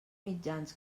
mitjans